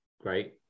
great